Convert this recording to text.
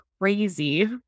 crazy